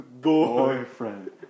boyfriend